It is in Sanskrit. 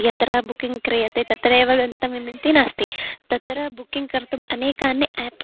यत्र बुकिंग् क्रियते तत्रैव गन्तव्यमिति नास्ति तत्र बुकिंग् कर्तुं अनेकानि आप्